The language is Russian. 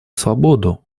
свободу